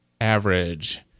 average